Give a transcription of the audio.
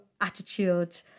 attitude